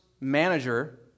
manager